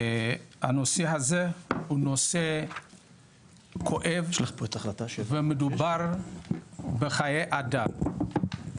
הנושא הזה הוא נושא כואב ומדובר בחיי אדם.